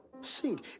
sing